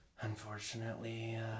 Unfortunately